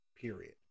period